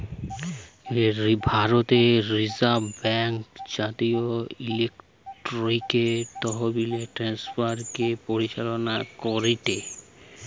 ভারতের reserve bank জাতীয় electronic তহবিল ট্রান্সফার কে পরিচালনা করেটে